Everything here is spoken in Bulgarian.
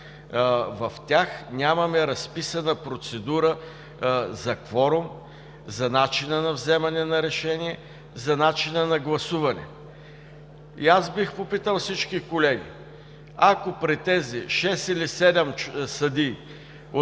В тях нямаме разписана процедура за кворум, за начина на вземане на решение, за начина на гласуване. И аз бих попитал всички колеги, ако при тези шест или седем